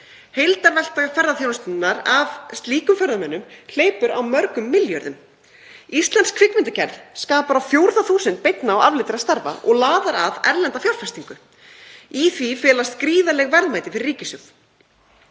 Heildarvelta ferðaþjónustunnar af slíkum ferðamönnum hleypur á mörgum milljörðum. Íslensk kvikmyndagerð skapar á fjórða þúsund beinna og afleiddra starfa og laðar að erlenda fjárfestingu. Í því felast gríðarleg verðmæti fyrir ríkissjóð.